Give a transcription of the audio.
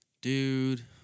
Dude